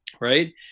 right